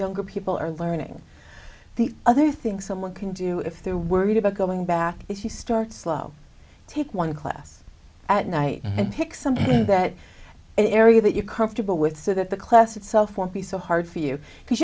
younger people are learning the other things someone can do if they're worried about going back if you start slow take one class at night and pick something that an area that you're comfortable with so that the class itself won't be so hard for you because